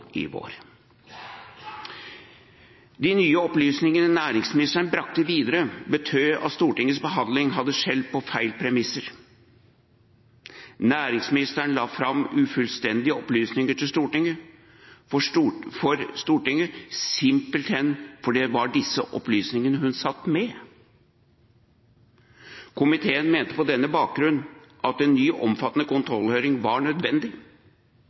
i vår. De nye opplysningene som næringsministeren bragte videre, betydde at Stortingets behandling hadde skjedd på feil premisser. Næringsministeren la fram ufullstendige opplysninger for Stortinget simpelthen fordi det var disse opplysningene hun satt med. Komiteen mente på denne bakgrunn at en ny omfattende kontrollhøring var nødvendig.